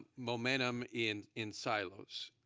momentum in in silos,